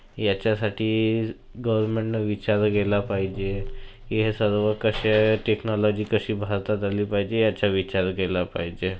याच्यासाठी गौरमेन्टनं विचार केला पाहिजे हे सर्व कसे टेक्नॉलॉजी कशी भारतात आली पाहिजे याचा विचार केला पाहिजे